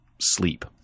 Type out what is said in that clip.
sleep